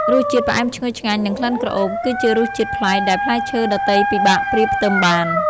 រសជាតិផ្អែមឈ្ងុយឆ្ងាញ់និងក្លិនក្រអូប គឺជារសជាតិប្លែកដែលផ្លែឈើដទៃពិបាកប្រៀបផ្ទឹមបាន។